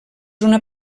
una